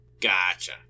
Gotcha